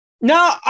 No